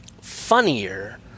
funnier